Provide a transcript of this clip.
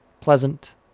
pleasant